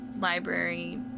library